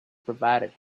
provided